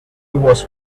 was